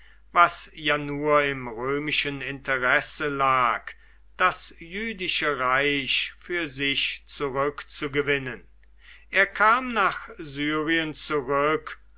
was ja nur im römischen interesse lag das jüdische reich für sich zurückzugewinnen er kam nach syrien zurück